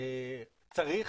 צריך